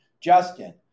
Justin